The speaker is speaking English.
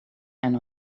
and